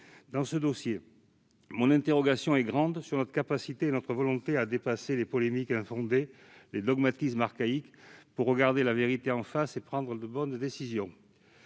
Dans ce dossier, mon interrogation est grande sur notre capacité et notre volonté à dépasser les polémiques infondées et les dogmatismes archaïques, afin de regarder la vérité en face et de prendre les bonnes décisions.